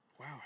Wow